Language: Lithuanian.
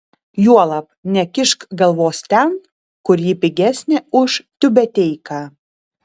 juolab nekišk galvos ten kur ji pigesnė už tiubeteiką